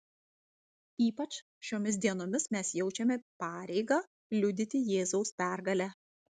ypač šiomis dienomis mes jaučiame pareigą liudyti jėzaus pergalę